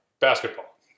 Basketball